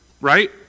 right